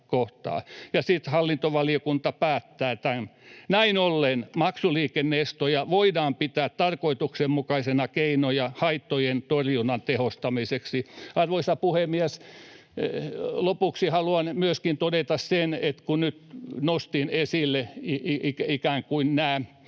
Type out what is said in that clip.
Sitten hallintovaliokunta päättää tämän: ”Näin ollen maksuliikenne-estoja voidaan pitää tarkoituksenmukaisena keinona haittojen torjunnan tehostamiseksi.” Arvoisa puhemies! Lopuksi haluan myöskin todeta sen, että kun nyt nostin esille nämä